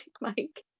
Mike